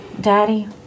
Daddy